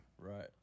Right